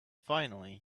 finally